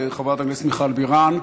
תודה רבה לחברת הכנסת מיכל בירן.